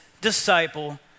disciple